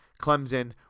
Clemson